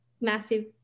Massive